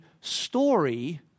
story